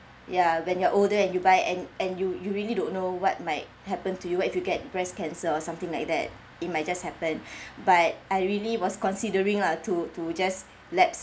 ya when you're older and you buy and and you you really don't know what might happen to you if you get breast cancer or something like that it might just happen but I really was considering lah to to just lapse